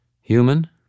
Human